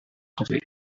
away